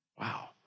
Wow